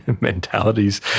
mentalities